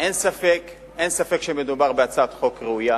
אין ספק שמדובר בהצעת חוק ראויה,